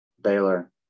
Baylor